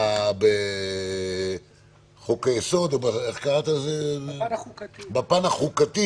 בחוק היסוד בפן החוקתי